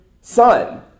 Son